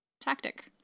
tactic